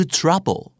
trouble